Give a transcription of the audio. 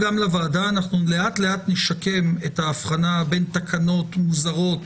לאט-לאט נשקם את ההבחנה בין תקנות מוזרות